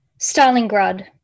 Stalingrad